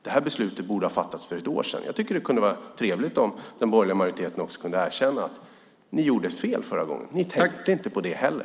Det här beslutet borde ha fattats för ett år sedan. Jag tycker att det kunde vara trevligt om ni i den borgerliga majoriteten kunde erkänna att ni gjorde fel förra gången. Ni tänkte inte på det heller.